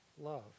love